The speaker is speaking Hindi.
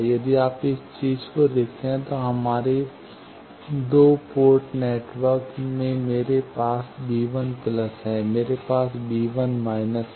यदि आप इस चीज़ को देखते हैं हमारे दो पोर्ट नेटवर्क में मेरे पास है मेरे पास है